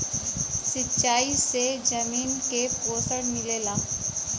सिंचाई से जमीन के पोषण मिलेला